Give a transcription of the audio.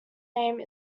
name